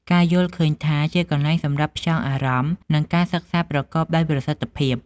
ការយល់ឃើញថាជាទីកន្លែងសម្រាប់ផ្ចង់អារម្មណ៍ និងការសិក្សាប្រកបដោយប្រសិទ្ធភាព។